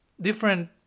different